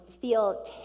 feel